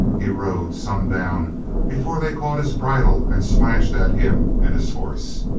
he rode some down before they caught his bridle and slashed at him and his horse.